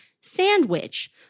Sandwich